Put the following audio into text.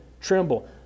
tremble